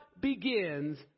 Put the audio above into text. begins